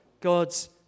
God's